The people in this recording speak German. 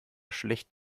schlecht